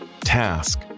task